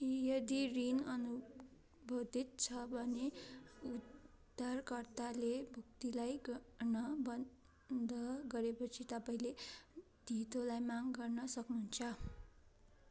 यदि ऋण अनुबन्धित छ भने उधारकर्ताले भुक्तानीलाई गर्न बन्द गरेपछि तपाईँँले धितोलाई माग गर्न सक्नुहुन्छ